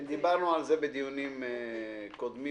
דיברנו על זה בדיונים קודמים.